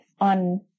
on